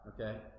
okay